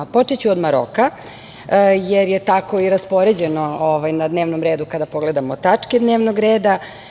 Počeću od Maroka, jer je tako i raspoređeno na dnevnom redu kada pogledamo tačke dnevnog reda.